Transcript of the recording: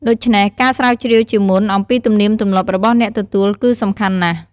ដូច្នេះ ការស្រាវជ្រាវជាមុន អំពីទំនៀមទម្លាប់របស់អ្នកទទួលគឺសំខាន់ណាស់។